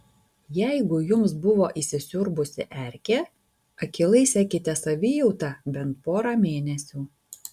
jeigu jums buvo įsisiurbusi erkė akylai sekite savijautą bent porą mėnesių